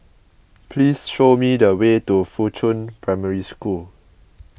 please show me the way to Fuchun Primary School